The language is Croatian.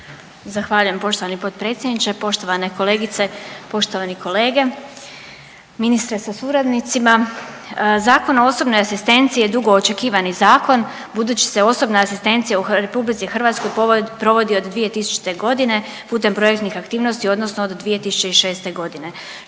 Zahvaljujem poštovani potpredsjedniče. Poštovane kolegice, poštovani kolege, ministre sa suradnicima Zakon o osobnoj asistenciji je dugo očekivani zakon budući se osobna asistencija u Republici Hrvatskoj provodi od 2000. godine putem projektnih aktivnosti od 2006. godine